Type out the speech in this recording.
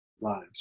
lives